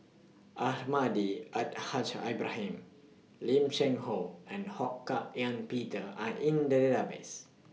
Almahdi Al Haj Ibrahim Lim Cheng Hoe and Ho Hak Ean Peter Are in The Database